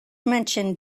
mentioned